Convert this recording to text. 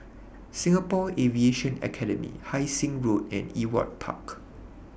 Singapore Aviation Academy Hai Sing Road and Ewart Park